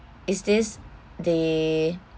is this the